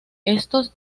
estos